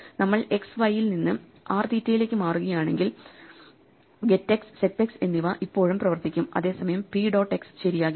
നമ്മൾ x yൽ നിന്ന് r തീറ്റയിലേക്ക് മാറുകയാണെങ്കിൽ get x set x എന്നിവ ഇപ്പോഴും പ്രവർത്തിക്കും അതേസമയം p ഡോട്ട് x ശരിയാകില്ല